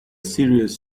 series